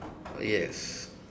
yes